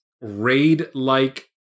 raid-like